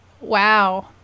wow